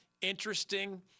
interesting